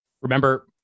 Remember